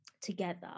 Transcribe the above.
together